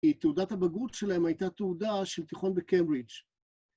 תעודת הבגרות שלהם הייתה תעודה של תיכון בקמברידג'